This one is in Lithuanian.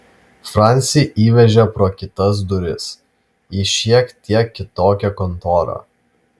francį įvežė pro kitas duris į šiek tiek kitokią kontorą